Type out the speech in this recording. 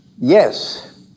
Yes